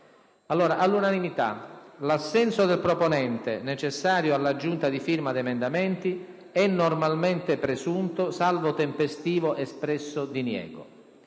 all'unanimità: «L'assenso del proponente, necessario all'aggiunta di firma ad emendamenti, è normalmente presunto, salvo tempestivo espresso diniego.